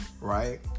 Right